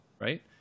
right